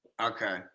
Okay